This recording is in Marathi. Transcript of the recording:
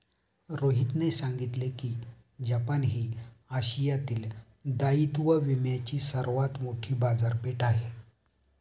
रोहितने सांगितले की जपान ही आशियातील दायित्व विम्याची सर्वात मोठी बाजारपेठ आहे